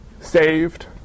Saved